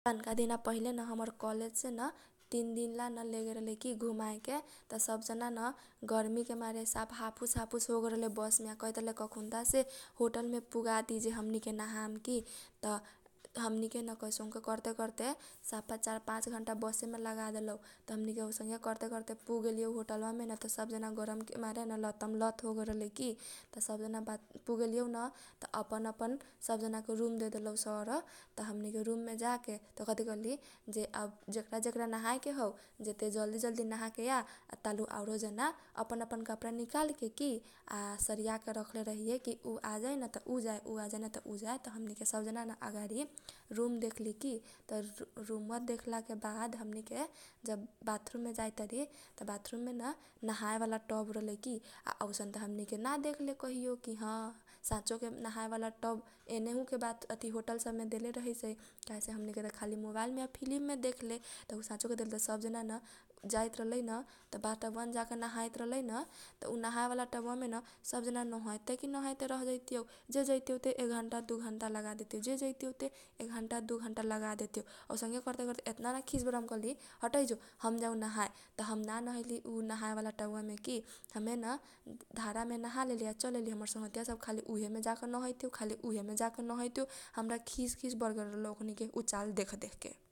अगाडि न हमे खाली घरेसे बससे आइ की त एक दिनका बा न हमे न औसन के हमर पढाइ खुल गेल रहल त हमे बस से आइत रहली त अएते अएते न बिचे जंगल मे हमनी के बसबा कथी होगेल बिगर गेल की। त ओकनी के न खुब बनलाउ खुब बनलौ माने बस बा ना बने सकलै त उहे माहे दोसरो गाँउ सब के बस वा सब वीरगन्ज आइत रहलै त हमनी के गाउँ के बस बा के न ड्राइभर वा आ खलसिया कथी कहलै की ना अब हमर बस ना बने सकी जे तोनीके सब जना न‌ उहे मे चल जो आ उमे एउटो ना सिट रहल उ बस बा मे तैयो कैसु कैसु कके न उ बसबा मे लेजा देल की त गेलीन सब समानवा लेजा देल की । खरे होयेले होयेले हमे न पथलैया ला चल अइली की तैयो हमनी के सिट ना मिलल खाली उहे गाउँ बा के अदमीया सब सफा हमे न खरूयाले खरूयाले वीरगन्ज आगेली तै या से न येउटो मन करे उ बस बा मे जाए के माने कथी करू खाली हमनी के गाउँ के बस उहे रल एउटा पहिले उहे के मारे उहे मे आए के परे जाए के परे एकदम कुछो ना कुछो उ बस बा के बिगरते रहतियौ। जब अएते न कुछो ना कुछो हो जैतीयौ घरे जैयते त औसनके कुछो ना कुछो होजैतीयौ त उहे दिना औसनके होगेल सफा खरूआल खरूआल हमर गोर दुखा गेल रहेल । आ कही कखुनी से वीरगन्ज पुगै ता कखुनी से वीरगन्ज पुगै ता एउटो न जलदी समय या बितै त रहल आ एउटो न जलदी जलदी बस बा चलैत रहे एतना न लोड होगेल रहलै कि पैमाल होगेल रहलै ड्राइभर रो ओहि सेन हमरा बस सब से न आए के आ जाए के न अब ना मन करैये।